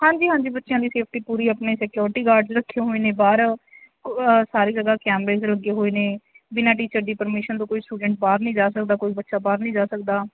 ਹਾਂਜੀ ਹਾਂਜੀ ਬੱਚਿਆਂ ਦੀ ਸੇਫ਼ਟੀ ਪੂਰੀ ਆਪਣੇ ਸਕਿਊਰਿਟੀ ਗਾਰਡਜ਼ ਰੱਖੇ ਹੋਏ ਨੇ ਬਾਹਰ ਕ ਸਾਰੀ ਜਗ੍ਹਾ ਕੈਮਰੇਜ਼ ਲੱਗੇ ਹੋਏ ਨੇ ਬਿਨਾਂ ਟੀਚਰਜ਼ ਦੀ ਪਰਮੀਸ਼ਨ ਤੋਂ ਕੋਈ ਸਟੂਡੈਂਟ ਬਾਹਰ ਨਹੀਂ ਜਾ ਸਕਦਾ ਕੋਈ ਬੱਚਾ ਬਾਹਰ ਨਹੀਂ ਜਾ ਸਕਦਾ